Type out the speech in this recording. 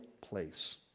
place